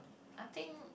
I think